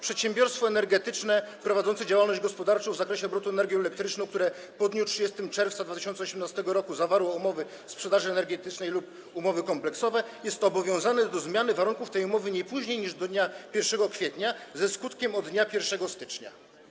Przedsiębiorstwo energetyczne prowadzące działalność gospodarczą w zakresie obrotu energią elektryczną, które po dniu 30 czerwca 2018 r. zawarło umowy sprzedaży energii elektrycznej lub umowy kompleksowe, jest obowiązane do zmiany warunków tej umowy nie później niż do dnia 1 kwietnia, ze skutkiem od dnia 1 stycznia.